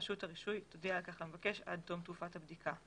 רשות הרישוי תודיע על כך למבקש עד תום תקופת הבדיקה.